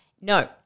no